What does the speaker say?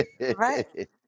Right